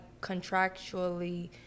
contractually